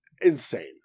insane